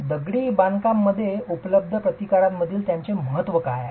दगडी बांधकामामध्ये उपलब्ध प्रतिकारांमधील त्यांचे महत्त्व काय आहे